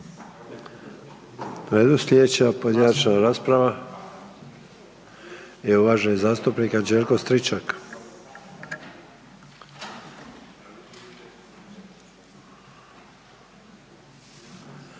U redu. Sljedeća pojedinačna rasprave je uvaženog zastupnika Anđelka Stričaka.